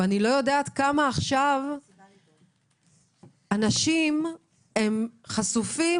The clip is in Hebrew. וכמה יש אנשים חשופים.